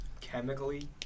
Chemically